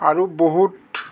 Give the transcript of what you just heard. আৰু বহুত